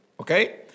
Okay